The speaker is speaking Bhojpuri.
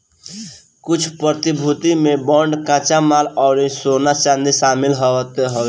कुछ प्रतिभूति में बांड कच्चा माल अउरी सोना चांदी शामिल रहत हवे